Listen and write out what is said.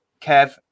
Kev